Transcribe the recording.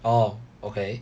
orh okay